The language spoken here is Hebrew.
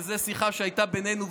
וזאת שיחה שהייתה בינינו,